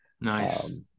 Nice